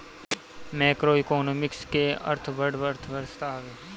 macroeconomics के अर्थ बड़ अर्थव्यवस्था हवे